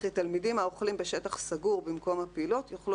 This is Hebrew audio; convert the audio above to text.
וכי תלמידים האוכלים בשטח סגור במקום הפעילות יאכלו